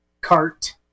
cart